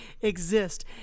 exist